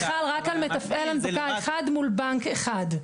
זה חל רק על מתפעל הנפקה אחד מול בנק אחד.